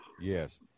Yes